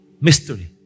Mystery